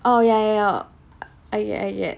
oh ya ya I I